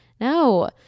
no